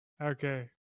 Okay